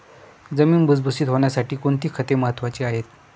जमीन भुसभुशीत होण्यासाठी कोणती खते महत्वाची आहेत?